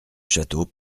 château